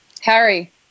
Harry